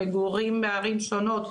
מגורים מערים שונות,